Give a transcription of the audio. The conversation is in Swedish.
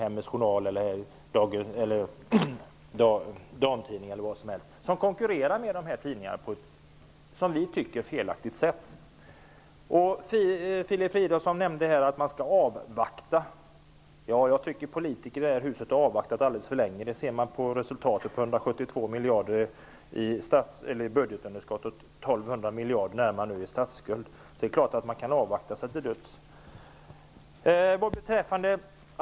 Hemmets Journal eller Svensk Damtidning. De konkurrerar med dessa tidningar på ett felaktigt sätt, tycker vi. Filip Fridolfsson nämnde här att vi skall avvakta. Jag tycker att politiker i det här huset har avvaktat alldeles för länge. Det kan vi se på resultatet med 172 miljarder i budgetunderskott och närmare 1 200 miljarder i statsskuld. Det är klart att vi kan avvakta oss till döds.